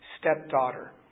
stepdaughter